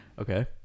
Okay